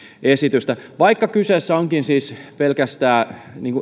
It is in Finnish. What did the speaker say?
esitystä vaikka kyseessä onkin siis pelkästään